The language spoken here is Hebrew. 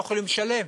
לא יכולים לשלם.